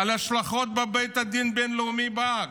מההשלכות בבית הדין הבין-לאומי בהאג.